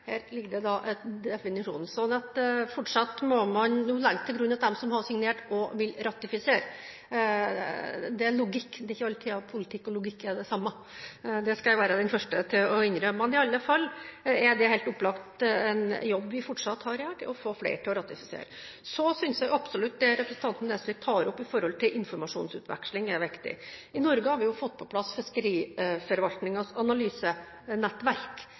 Her ligger det da en definisjon. Man må jo legge til grunn at de som har signert, også vil ratifisere. Det er en logikk. Det er ikke alltid at politikk og logikk er det samme, det skal jeg være den første til å innrømme, men i alle fall: Det å få flere til å ratifisere er helt opplagt en jobb vi fortsatt har. Så synes jeg absolutt at det som representanten Nesvik tar opp når det gjelder informasjonsutveksling, er viktig. I Norge har vi fått på plass fiskeriforvaltningens analysenettverk.